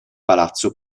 palazzo